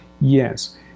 Yes